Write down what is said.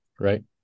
Right